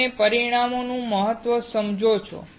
તમે પરિમાણો નું મહત્વ સમજો છો